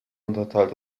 unterteilt